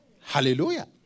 Hallelujah